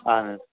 اہَن حظ